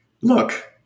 Look